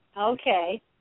okay